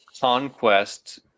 Conquest